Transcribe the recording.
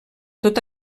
tot